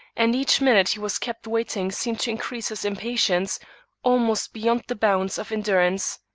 and each minute he was kept waiting seemed to increase his impatience almost beyond the bounds of endurance.